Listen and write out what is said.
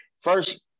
first